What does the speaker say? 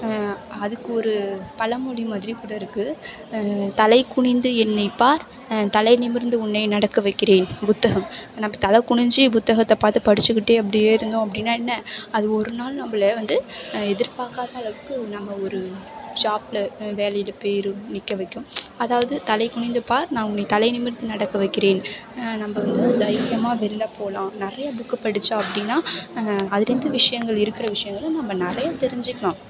அதுக்கு ஒரு பழமொலி மாதிரிக்கூட இருக்குது தலைக் குனிந்து என்னைப் பார் தலை நிமிர்ந்து உன்னை நடக்க வைக்கிறேன் புத்தகம் நம்ம தலை குனிஞ்சு புத்தகத்தை பார்த்து படிச்சுக்கிட்டே அப்படியே இருந்தோம் அப்படின்னா என்ன அது ஒரு நாள் நம்மள வந்து எதிர்பார்க்காத அளவுக்கு நம்ம ஒரு ஷாப்பில் வேலையில் போய் நிற்க வைக்கும் அதாவது தலைக் குனிந்து பார் நான் உன்னை தலை நிமிர்ந்து நடக்க வைக்கிறேன் நம்ம வந்து ஒரு தைரியமாக வெளில போகலாம் நிறைய புக்கு படித்தோம் அப்படின்னா அதுலேருந்து விஷயங்கள் இருக்கிற விஷயங்கள நம்ம நிறைய தெரிஞ்சுக்குலாம்